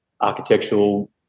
architectural